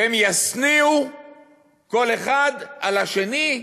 והם ישניאו כל אחד על השני,